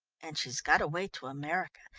and she's got away to america.